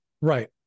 right